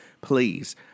Please